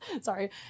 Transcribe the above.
Sorry